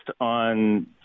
on